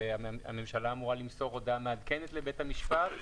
והממשלה אמורה למסור הודעה מעדכנת לבית המשפט.